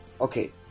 Okay